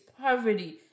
poverty